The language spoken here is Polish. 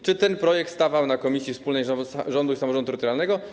Czy ten projekt stawał na posiedzeniu Komisji Wspólnej Rządu i Samorządu Terytorialnego?